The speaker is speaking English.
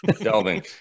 Delving